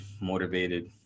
motivated